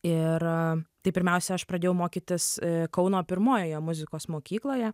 ir tai pirmiausia aš pradėjau mokytis kauno pirmojoje muzikos mokykloje